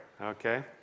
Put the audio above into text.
okay